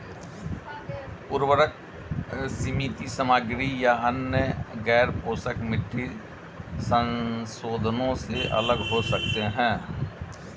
उर्वरक सीमित सामग्री या अन्य गैरपोषक मिट्टी संशोधनों से अलग हो सकते हैं